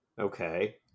okay